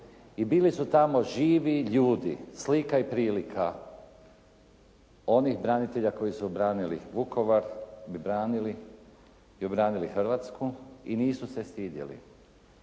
i bili su tamo živi ljudi, slika i prilika onih branitelja koji su obranili Vukovar i branili i obranili Hrvatsku i nisu se stidjeli